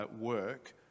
work